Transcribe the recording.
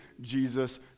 Jesus